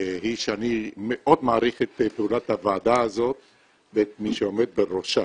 היא שאני מאוד מעריך את פעולת הוועדה הזאת ואת מי שעומד בראשה.